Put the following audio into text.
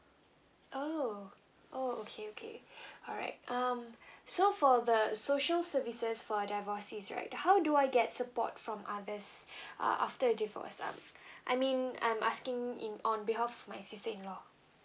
oh oh okay okay alright um so for the social services for divorcees right how do I get support from others uh after divorce um I mean I'm asking in on behalf of my sister in law